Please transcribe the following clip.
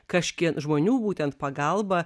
kažkie žmonių būtent pagalba